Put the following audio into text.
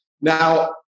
Now